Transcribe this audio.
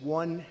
one